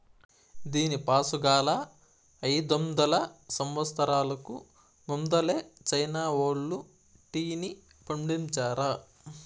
దీనిపాసుగాలా, అయిదొందల సంవత్సరాలకు ముందలే చైనా వోల్లు టీని పండించారా